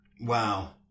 wow